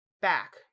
back